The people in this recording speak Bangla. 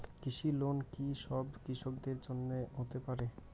কৃষি লোন কি সব কৃষকদের জন্য হতে পারে?